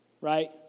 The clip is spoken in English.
Right